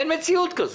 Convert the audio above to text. אין מציאות כזאת.